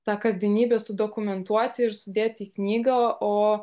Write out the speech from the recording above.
tą kasdienybę su dokumentuoti ir sudėt į knygą o